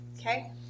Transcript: Okay